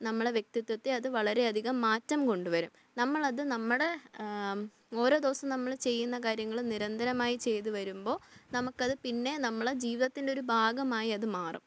നമ്മളുടെ വ്യക്തിത്വത്തെ അത് വളരെയധികം മാറ്റം കൊണ്ടുവരും നമ്മളത് നമ്മുടെ ഓരോ ദിവസം നമ്മള് ചെയ്യുന്ന കാര്യങ്ങളും നിരന്തരമായി ചെയ്തു വരുമ്പോള് നമുക്കതു പിന്നെ നമ്മുടെ ജീവിതത്തിൻ്റെ ഒരു ഭാഗമായി അതു മാറും